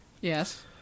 Yes